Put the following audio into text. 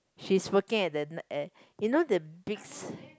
she's working at the at you know the big